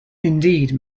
indeed